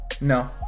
No